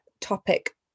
topic